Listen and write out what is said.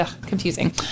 confusing